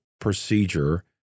procedure